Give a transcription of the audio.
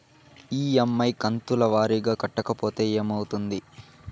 EMI కంతుల వారీగా కట్టకపోతే ఏమవుతుంది?